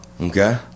okay